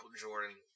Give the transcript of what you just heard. Jordan